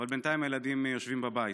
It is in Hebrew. אבל בינתיים הילדים יושבים בבית.